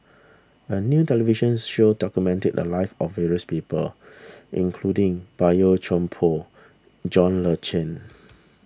a new televisions show documented the lives of various people including Boey Chuan Poh John Le Cain